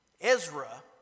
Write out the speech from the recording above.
Ezra